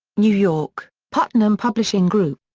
new york putnam publishing group.